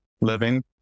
living